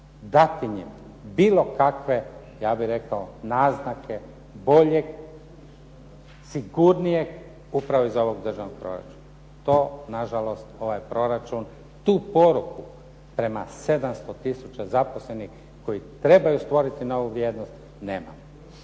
dati im bilo kakve ja bih rekao naznake boljeg, sigurnijeg upravo iz ovog državnog proračuna. To nažalost ovaj proračun tu poruku prema 700 tisuća zaposlenih koji trebaju stvoriti novu vrijednost nema.